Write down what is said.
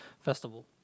festival